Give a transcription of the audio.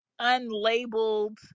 unlabeled